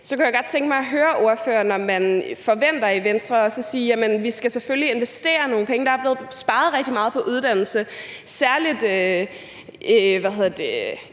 Så kunne jeg godt tænke mig at høre ordføreren, om man i Venstre også vil sige, at vi selvfølgelig skal investere nogle penge. Der er blevet sparet rigtig meget på uddannelse, og særlig på de videregående